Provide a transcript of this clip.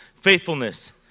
faithfulness